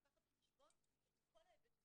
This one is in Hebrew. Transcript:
צריך לקחת בחשבון את כל ההיבטים,